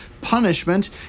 punishment